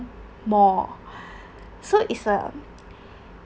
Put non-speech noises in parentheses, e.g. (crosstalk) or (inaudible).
more (breath) so it's a